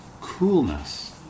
coolness